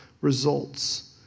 results